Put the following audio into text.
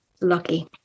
lucky